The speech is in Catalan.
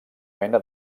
mena